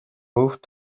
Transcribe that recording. moved